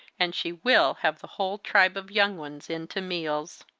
and she will have the whole tribe of young ones in to meals.